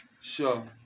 Sure